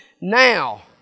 now